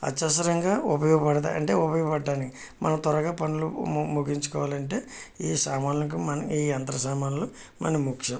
అత్యవసరంగా ఉపయోగపడతాయి అంటే ఉపయోగపడడానికి మనం త్వరగా పనులు ముగించుకోవాలి అంటే ఈ సామాన్లకు మన ఈ యంత్ర సామన్లు మనకు ముఖ్యం